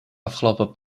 afgelopen